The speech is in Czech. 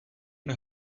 mne